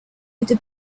into